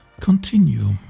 Continue